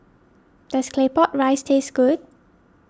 does Claypot Rice taste good